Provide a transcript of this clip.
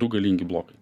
du galingi blokai